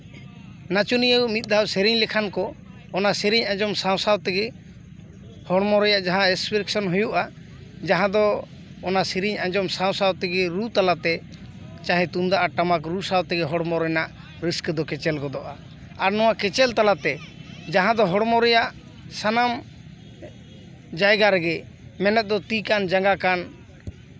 ᱱᱟᱪᱚᱱᱤᱭᱟᱹ ᱢᱤᱫᱫᱷᱟᱶ ᱥᱮᱨᱮᱧ ᱞᱮᱠᱷᱟᱱ ᱠᱚ ᱚᱱᱟ ᱥᱮᱨᱮᱧ ᱟᱸᱡᱚᱢ ᱥᱟᱶ ᱥᱟᱶ ᱛᱮᱜᱮ ᱦᱚᱲᱢᱚ ᱨᱮᱭᱟᱜ ᱡᱟᱦᱟᱸ ᱮᱠᱥᱯᱨᱮᱥᱚᱱ ᱦᱩᱭᱩᱜᱼᱟ ᱡᱟᱦᱟᱸ ᱫᱚ ᱚᱱᱟ ᱥᱮᱨᱮᱧ ᱟᱸᱡᱚᱢ ᱥᱟᱶ ᱥᱟᱶ ᱛᱮᱜᱮ ᱨᱩ ᱛᱟᱞᱟᱛᱮ ᱪᱟᱦᱮ ᱛᱩᱢᱫᱟᱜ ᱴᱟᱢᱟᱠ ᱨᱩ ᱥᱟᱶ ᱛᱮᱜᱮ ᱦᱚᱲᱢᱚ ᱨᱟᱹᱥᱠᱟᱹ ᱫᱚ ᱠᱮᱪᱮᱞ ᱜᱚᱫᱚᱜᱼᱟ ᱟᱨ ᱱᱚᱣᱟ ᱠᱮᱪᱮᱞ ᱛᱟᱞᱟᱛᱮ ᱡᱟᱦᱟᱸ ᱫᱚ ᱦᱚᱲᱢᱚ ᱨᱮᱭᱟᱜ ᱥᱟᱱᱟᱢ ᱡᱟᱭᱜᱟ ᱨᱮᱜᱮ ᱢᱮᱱᱮᱫ ᱫᱚ ᱛᱤ ᱠᱟᱱ ᱡᱟᱸᱜᱟ ᱠᱟᱱ